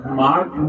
mark